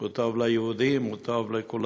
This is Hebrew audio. הוא טוב ליהודים, הוא טוב לכולנו.